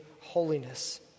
holiness